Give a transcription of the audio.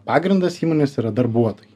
pagrindas įmonės yra darbuotojai